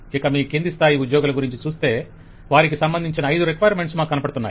ఇక మీ కింది స్థాయి ఉద్యోగుల గురుంచి చూస్తే వారికి సంబంధించిన ఐదు రిక్వైర్మెంట్స్ మాకు కనపడుతున్నాయి